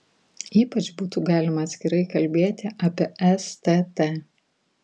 ypač būtų galima atskirai kalbėti apie stt